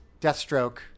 Deathstroke